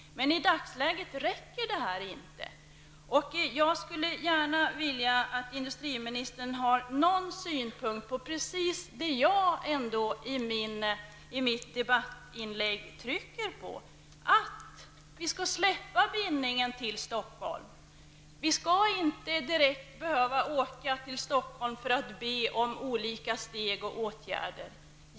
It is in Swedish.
Men i dagsläget räcker inte detta. Jag skulle gärna vilja veta om industriministern har någon synpunkt på precis det som jag i mitt debattinlägg trycker på, nämligen att vi skall släppa bindningen till Stockholm. Vi skall inte behöva åka direkt till Stockholm för att be om olika saker.